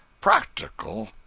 practical